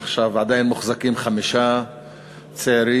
עכשיו עדיין מוחזקים חמישה צעירים,